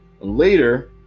later